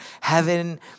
heaven